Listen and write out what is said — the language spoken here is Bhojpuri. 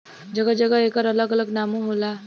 जगह जगह एकर अलग अलग नामो होला